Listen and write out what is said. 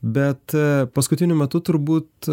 bet paskutiniu metu turbūt